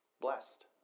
blessed